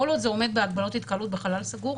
כל עוד זה עומד בהגבלות התקהלות בחלל סגור,